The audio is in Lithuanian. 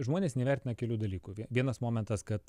žmonės neįvertina kelių dalykų vienas momentas kad